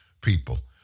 people